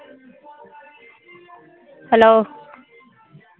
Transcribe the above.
hello